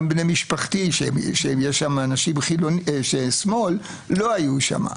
גם בני משפחתי שיש שם אנשי שמאל, לא היו שם.